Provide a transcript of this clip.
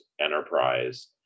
enterprise